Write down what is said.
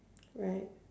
right